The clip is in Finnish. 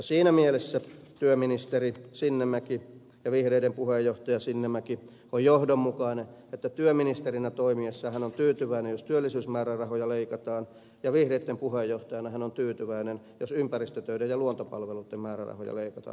siinä mielessä työministeri sinnemäki ja vihreiden puheenjohtaja sinnemäki on johdonmukainen että työministerinä toimiessaan hän on tyytyväinen jos työllisyysmäärärahoja leikataan ja vihreitten puheenjohtajana hän on tyytyväinen jos ympäristötöiden ja luontopalveluitten määrärahoja leikataan